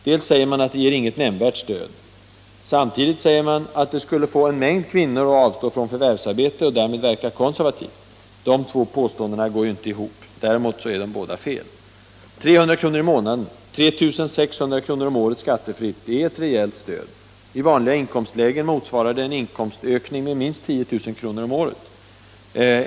Man säger att det ger inget nämnvärt stöd. Samtidigt säger man att det skulle få en mängd kvinnor att avstå från förvärvsarbete och därmed verka konservativt. De två påståendena går ju inte ihop. Däremot är de båda felaktiga. 300 kr. i månaden, 3 600 kr. om året, skattefritt är ett rejält stöd. I vanliga inkomstlägen motsvarar det en inkomstökning med minst 10 000 kr. om året.